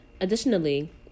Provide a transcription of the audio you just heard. Additionally